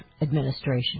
administration